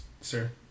sir